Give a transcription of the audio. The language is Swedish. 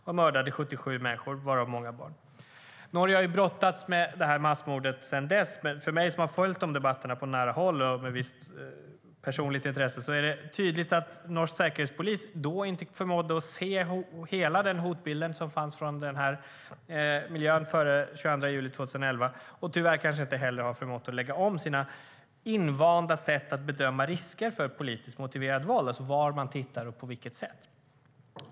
Han mördade 77 människor, varav många barn. Norge har brottats med det massmordet sedan dess. Men för mig som har följt debatterna på nära håll, med visst personligt intresse, är det tydligt att norsk säkerhetspolis då inte förmådde att se hela den hotbild som fanns från den här miljön före den 22 juli 2011. Tyvärr har man kanske inte heller förmått att lägga om sina invanda sätt att bedöma risker för politiskt motiverat våld. Det handlar alltså om var man tittar och på vilket sätt.